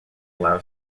allow